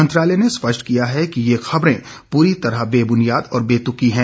मंत्रालय ने स्पष्ट किया कि यह खबरें पूरी तरह बेबुनियाद और बेतुकी हैं